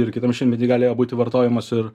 ir kitam šimtmety galėjo būti vartojamas ir